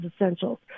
essentials